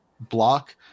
block